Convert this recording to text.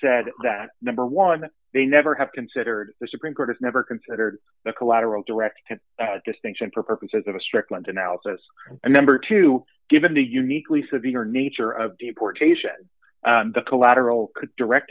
said that number one they never have considered the supreme court has never considered the collateral direct distinction for purposes of a strickland analysis and number two given the uniquely severe nature of deportation the collateral could direct